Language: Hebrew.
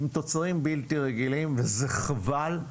עם תוצרים בלתי רגילים, וזה חבל.